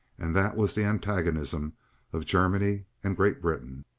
and that was the antagonism of germany and great britain.